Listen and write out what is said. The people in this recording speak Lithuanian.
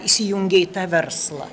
įsijungia į tą verslą